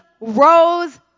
rose